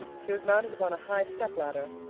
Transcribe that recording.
she was mounted upon a high stepladder,